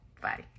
Bye